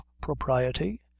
propriety